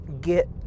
get